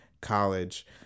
college